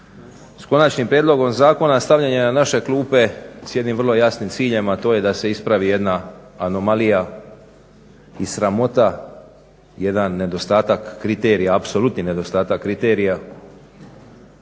s konačnim prijedlogom zakona stavljen je na naše klupe s jednim vrlo jasnim ciljem, a to je da se ispravi jedna anomalija i sramota, jedan nedostatak kriterija, apsolutni nedostatak kriterija